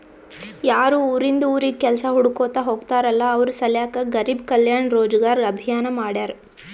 ಯಾರು ಉರಿಂದ್ ಉರಿಗ್ ಕೆಲ್ಸಾ ಹುಡ್ಕೋತಾ ಹೋಗ್ತಾರಲ್ಲ ಅವ್ರ ಸಲ್ಯಾಕೆ ಗರಿಬ್ ಕಲ್ಯಾಣ ರೋಜಗಾರ್ ಅಭಿಯಾನ್ ಮಾಡ್ಯಾರ್